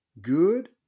good